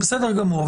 --בסדר גמור,